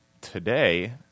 today